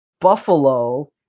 buffalo